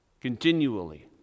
continually